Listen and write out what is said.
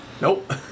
Nope